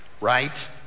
right